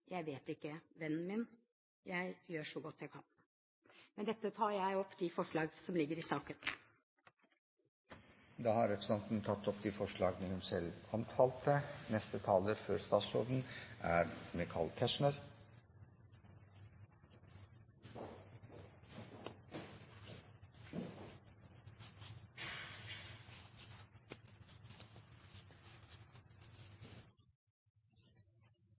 Jeg vet ikke, vennen min, jeg gjør så godt jeg kan. Med dette tar jeg opp Fremskrittspartiets forslag i saken. Representanten Kari Kjønaas Kjos har tatt opp de forslag hun